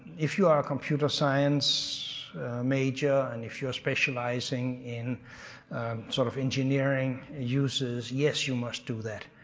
if you are a computer science major and if you are specializing in sort of engineering uses, yes you must do that,